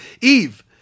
Eve